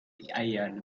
ian